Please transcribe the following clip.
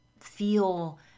feel